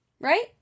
right